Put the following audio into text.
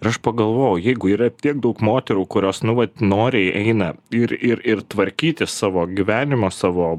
ir aš pagalvojau jeigu yra tiek daug moterų kurios nu vat noriai eina ir ir ir tvarkyti savo gyvenimo savo